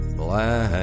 black